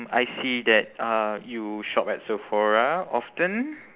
I see that uh you shop at sephora often